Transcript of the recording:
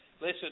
Listen